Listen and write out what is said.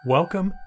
Welcome